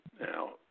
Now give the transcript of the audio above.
Now